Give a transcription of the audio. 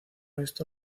esto